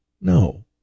no